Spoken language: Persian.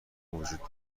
وجود